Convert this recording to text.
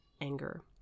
anger